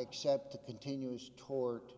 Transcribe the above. accept a continuous tort